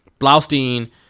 Blaustein